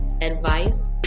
advice